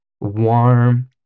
warm